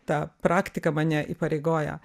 ta praktika mane įpareigoja